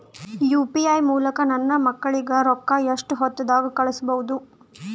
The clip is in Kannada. ಯು.ಪಿ.ಐ ಮೂಲಕ ನನ್ನ ಮಕ್ಕಳಿಗ ರೊಕ್ಕ ಎಷ್ಟ ಹೊತ್ತದಾಗ ಕಳಸಬಹುದು?